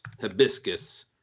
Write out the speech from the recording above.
Hibiscus